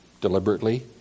deliberately